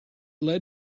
led